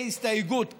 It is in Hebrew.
בהסתייגות.